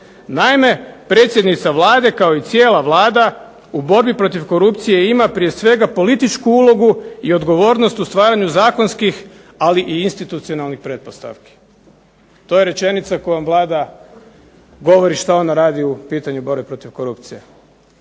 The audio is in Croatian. Naime predsjednica Vlade, kao i cijela Vlada u borbi protiv korupcije ima prije svega političku ulogu i odgovornost u stvaranju zakonskih, ali i institucionalnih pretpostavki. To je rečenica kojom Vlada govori šta ona radi u pitanju borbe protiv korupcije.